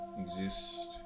Exist